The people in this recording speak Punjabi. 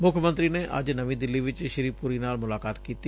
ਮੁੱਖ ਮੰਤਰੀ ਨੇ ਅੱਜ ਨਵੀਂ ਦਿੱਲੀ ਚ ਸ੍ਰੀ ਪੁਰੀ ਨਾਲ ਮੁਲਾਕਾਤ ਕੀਤੀ